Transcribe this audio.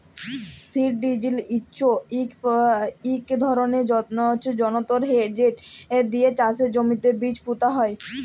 seed drill হচ্যে ইক ধরলের যনতর যেট দিয়ে চাষের জমিতে বীজ পুঁতা হয়